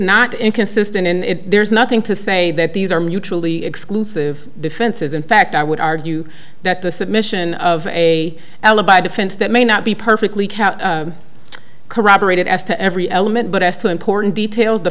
not inconsistent in there's nothing to say that these are mutually exclusive defenses in fact i would argue that the submission of a alibi defense that may not be perfectly corroborated as to every element but as to important details the